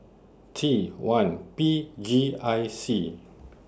T one P G I C